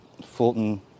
fulton